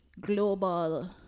global